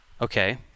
okay